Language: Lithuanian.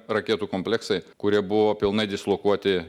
raketų kompleksai kurie buvo pilnai dislokuoti